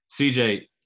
CJ